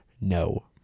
No